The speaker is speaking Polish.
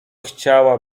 chciała